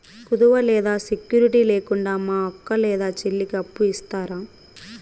కుదువ లేదా సెక్యూరిటి లేకుండా మా అక్క లేదా చెల్లికి అప్పు ఇస్తారా?